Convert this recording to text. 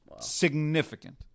significant